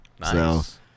Nice